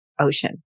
ocean